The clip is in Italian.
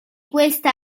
questa